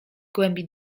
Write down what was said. głębi